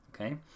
okay